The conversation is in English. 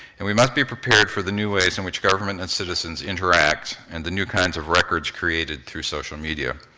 and we must be prepared for the new ways in which government and citizens interact, and the new kinds of records created through social media.